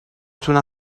تونم